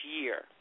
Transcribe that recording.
year